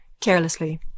Carelessly